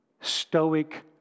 stoic